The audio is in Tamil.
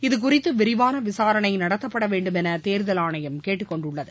இதுகுறித்து விரிவான விசாரணை நடத்தப்பட வேண்டும் என தேர்தல் ஆணையம் கேட்டுக்கொண்டுள்ளது